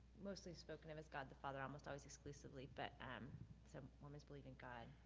mostly spoken of as god the father, almost always exclusively, but um some mormons believe in god.